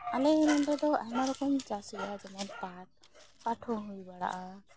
ᱟᱞᱮ ᱱᱚᱰᱮ ᱫᱚ ᱟᱭᱢᱟ ᱨᱚᱠᱚᱢ ᱪᱟᱥ ᱦᱩᱭᱩᱜᱼᱟ ᱡᱮᱢᱚᱱ ᱯᱟᱴ ᱯᱟᱴ ᱦᱚᱸ ᱦᱩᱭ ᱵᱟᱲᱟᱜᱼᱟ